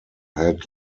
had